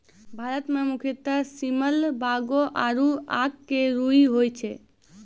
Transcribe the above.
भारत मं मुख्यतः सेमल, बांगो आरो आक के रूई होय छै